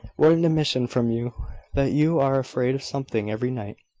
what an admission from you that you are afraid of something every night.